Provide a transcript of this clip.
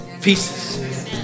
pieces